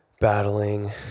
battling